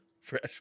fresh